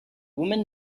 woman